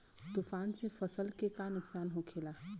तूफान से फसल के का नुकसान हो खेला?